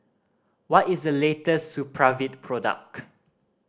what is the latest Supravit product